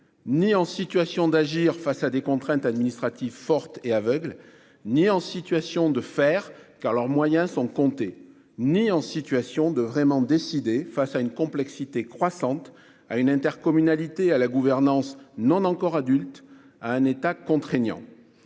ni en situation d'agir face à des contraintes administratives fortes et aveugles, ni en situation de faire, car leurs moyens sont comptés, ni en situation de véritablement décider face à une complexité croissante, à une intercommunalité à la gouvernance non encore adulte et à un État contraignant.